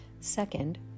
second